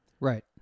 right